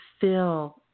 fill